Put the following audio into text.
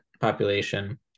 population